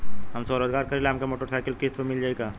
हम स्वरोजगार करीला हमके मोटर साईकिल किस्त पर मिल जाई का?